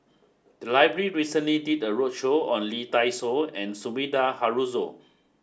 the library recently did a roadshow on Lee Dai Soh and Sumida Haruzo